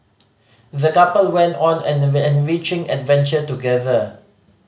the couple went on an enriching adventure together